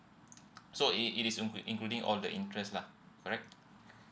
so it it is in including all the interest lah correct